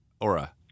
aura